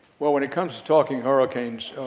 well, when it comes to talking hurricanes,